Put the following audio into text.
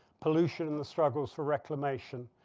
pollution, and the struggles for reclamation.